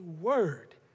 word